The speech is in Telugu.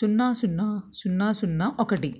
సున్నా సున్నా సున్నా సున్నా ఒకటి